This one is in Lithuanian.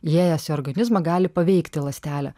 įėjęs į organizmą gali paveikti ląstelę